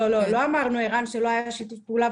לא אמרנו, ערן, שלא היה שיתוף פעולה.